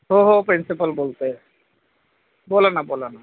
हो हो प्रिन्सिपल बोलतो आहे बोला ना बोला ना